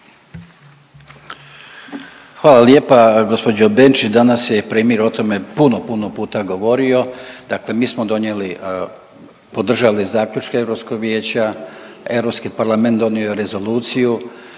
Hvala lijepa gđo. Benčić, danas je premijer o tome puno, puno puta govorio. Dakle mi smo donijeli, podržali zaključke Europskog vijeća, Europski parlament donio je rezoluciju.